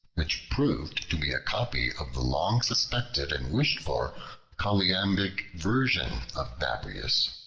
which proved to be a copy of the long suspected and wished-for choliambic version of babrias.